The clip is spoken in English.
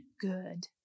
good